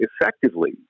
effectively